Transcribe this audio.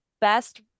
best